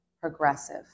progressive